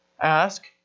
ask